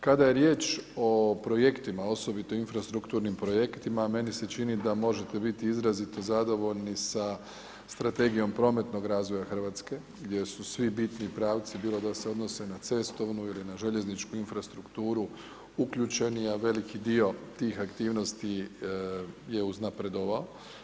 Kada je riječ o projektima osobito infrastrukturnim projektima meni se čini da možete biti izrazito zadovoljni sa Strategijom prometnog razvoja Hrvatske gdje su svi bitni pravci bilo da se odnose na cestovnu ili na željezničku infrastrukturu uključeni, a veliki dio tih aktivnosti je uznapredovao.